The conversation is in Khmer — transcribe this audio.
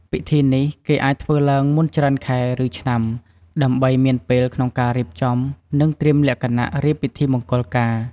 ពិធីនេះ គេអាចធ្វើឡើងមុនច្រើនខែ ឬឆ្នាំ ដើម្បីមានពេលក្នុងការរៀបចំ និងត្រៀមលក្ខណៈរៀបពិធីមង្គលការ។